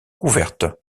couvertes